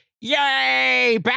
Yay